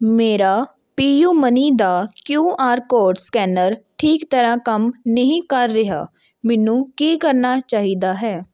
ਮੇਰਾ PayU money ਦਾ Q R code scanner ਠੀਕ ਤਰ੍ਹਾਂ ਕੰਮ ਨਹੀਂ ਕਰ ਰਿਹਾ ਮੈਨੂੰ ਕੀ ਕਰਨਾ ਚਾਹੀਦਾ ਹੈ